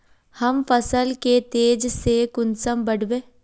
हम फसल के तेज से कुंसम बढ़बे?